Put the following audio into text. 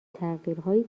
تغییرهایی